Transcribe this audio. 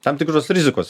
tam tikros rizikos